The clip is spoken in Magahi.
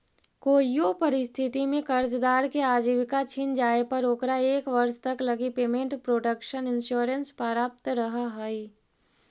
कोइयो परिस्थिति में कर्जदार के आजीविका छिन जाए पर ओकरा एक वर्ष तक लगी पेमेंट प्रोटक्शन इंश्योरेंस प्राप्त रहऽ हइ